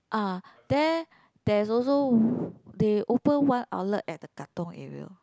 ah there there is also they open one outlet at the Katong area